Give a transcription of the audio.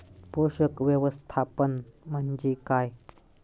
पोषक व्यवस्थापन म्हणजे काय?